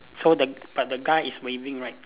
so the but the guy is waving right